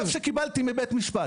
על צו שקיבלתי מבית משפט.